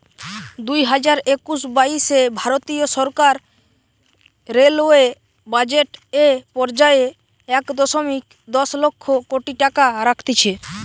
দুইহাজার একুশ বাইশে ভারতীয় সরকার রেলওয়ে বাজেট এ পর্যায়ে এক দশমিক দশ লক্ষ কোটি টাকা রাখতিছে